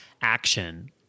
action